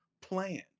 plan